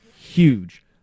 huge